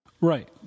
Right